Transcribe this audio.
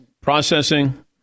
processing